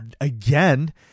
again